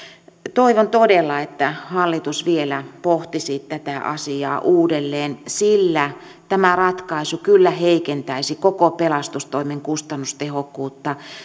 toivon todella että hallitus vielä pohtisi tätä asiaa uudelleen sillä tämä ratkaisu kyllä heikentäisi koko pelastustoimen kustannustehokkuutta